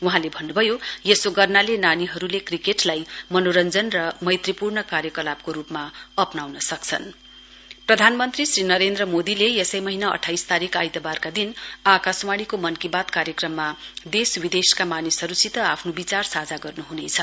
वहाँले भन्न्भयो यसो गर्नाले नानाहरुले क्रिकेटलाई मनोरञ्जन र मैत्री पूर्ण कार्यकलापको रुपमा अप्नाउन सक्नेछन पिएम मन की बात प्राधानमन्त्री श्री नरेन्द्र मोदीले यसै महीना अठाइस तारीक आइतवारका दिन आकाशवाणीको मन की बात कार्यक्रममा देश विदेशका मानिसहरुसित आफ्नो विचार साझा गर्न्हनेछ